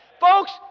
Folks